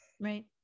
right